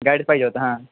guides पाहिजे होता हां